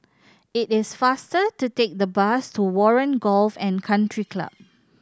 it is faster to take the bus to Warren Golf and Country Club